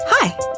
Hi